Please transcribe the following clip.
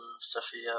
Sophia